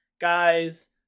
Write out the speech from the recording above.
guys